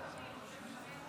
אתה יודע?